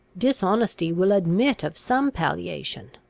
dishonesty will admit of some palliation.